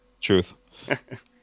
Truth